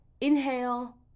inhale